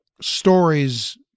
stories